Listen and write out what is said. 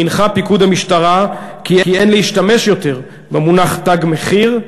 הנחה פיקוד המשטרה כי אין להשתמש יותר במונח "תג מחיר"